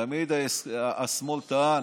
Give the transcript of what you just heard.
תמיד השמאל טען